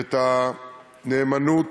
ואת הנאמנות